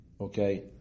Okay